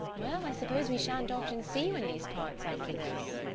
well, i suppose we sha'n't often see you in these parts after this.